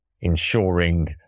ensuring